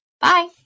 Bye